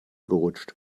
gerutscht